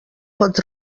pot